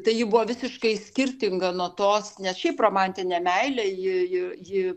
tai ji buvo visiškai skirtinga nuo tos nes šiaip romantinė meilė ji ji ji